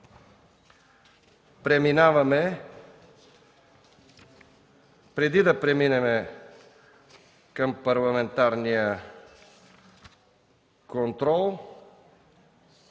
Преди да преминем към Парламентарния контрол,